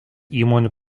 įmonių